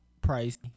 Price